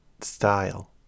Style